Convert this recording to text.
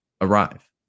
arrive